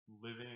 living